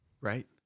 Right